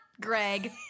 Greg